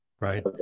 Right